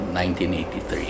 1983